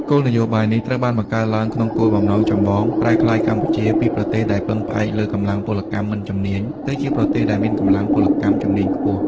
គោលនយោបាយនេះ ត្រូវបានបង្កើតឡើងក្នុងគោលបំណងចម្បង ប្រែក្លាយកម្ពុជាពីប្រទេសដែលពឹងផ្អែកលើកម្លាំងពលកម្មមិនជំនាញ ទៅជាប្រទេសដែលមានកម្លាំងពលកម្មជំនាញខ្ពស់។